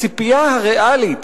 הציפייה הריאלית,